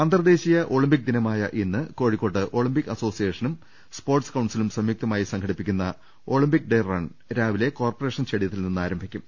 അന്തർദേശീയ ഒളിംപിക് ദിനമായ ഇന്ന് കോഴിക്കോട്ട് ഒളിം പിക് അസോസിയേഷനും സ്പോർട്സ് കൌൺസിലും സംയു ക്തമായി സംഘടിപ്പിക്കുന്ന ഒളിംപിക് ഡേ റൺ രാവിലെ കോർപ്പറേഷൻ സ്റ്റേഡിയത്തിൽ നിന്ന് ആരംഭിക്കും